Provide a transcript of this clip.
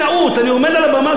אני עומד על הבמה הזאת ואומר לכם,